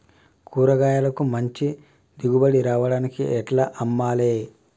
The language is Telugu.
కూరగాయలకు మంచి దిగుబడి రావడానికి ఎట్ల అమ్మాలే?